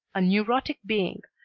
a neurotic being,